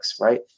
Right